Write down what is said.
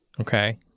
Okay